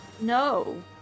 No